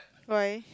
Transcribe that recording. why